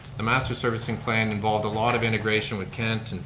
the master servicing plan involved a lot of integration with kent,